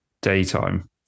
daytime